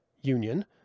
union